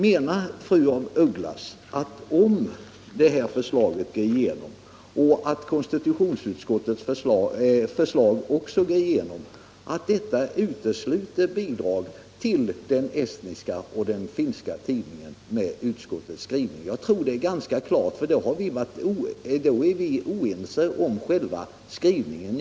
Menar fru af Ugglas att om det här förslaget går igenom och om konstitutionsutskottets förslag också går igenom, så utesluter inrikesutskottets skrivning bidrag till den estniska och den finska tidningen? I så fall är vi oense om innebörden i utskottets skrivning.